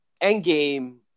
Endgame